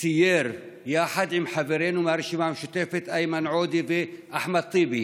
סייר יחד עם חברינו מהרשימה המשותפת איימן עודה ואחמד טיבי